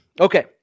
Okay